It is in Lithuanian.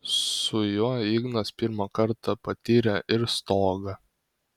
su juo ignas pirmą kartą patyrė ir stogą